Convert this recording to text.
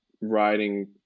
riding